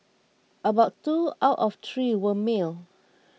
about two out of three were male